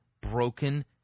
broken